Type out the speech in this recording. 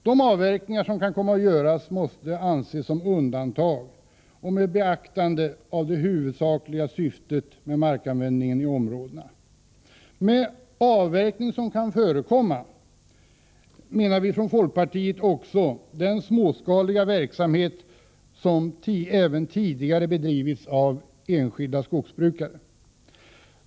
De avverkningar som kan komma att göras måste anses som undantag, med beaktande av det huvudsakliga syftet med markanvändningen i områdena. En typ av avverkning som kan förekomma är också, enligt folkpartiets mening, den småskaliga verksamhet som även tidigare har bedrivits av enskilda skogsbrukare.